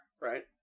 right